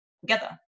together